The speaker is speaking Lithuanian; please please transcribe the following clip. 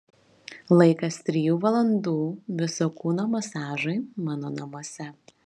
laikas trijų valandų viso kūno masažui mano namuose